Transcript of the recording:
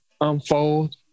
unfold